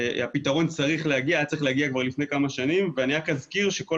הפתרון היה צריך להגיע כבר לפני כמה שנים ואני רק אזכיר שכל